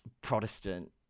Protestant